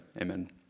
Amen